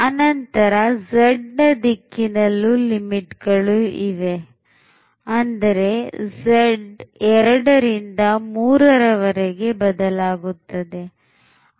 ಅನಂತರ z ನ ದಿಕ್ಕಿನಲ್ಲೂ ಲಿಮಿಟ್ ಗಳು ಇವೆ ಅಂದರೆ z 2 ಇಂದ 3 ರ ವರೆಗೆ ಬದಲಾಗುತ್ತದೆ